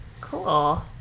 cool